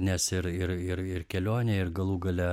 nes ir ir ir kelionė ir galų gale